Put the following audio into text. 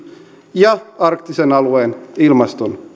ja arktisen alueen ilmaston